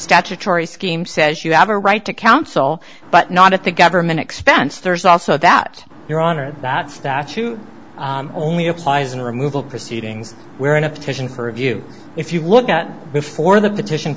statutory scheme says you have a right to counsel but not at the government expense there's also that your honor that statute only applies in removal proceedings where in a petition for a view if you look at before the petition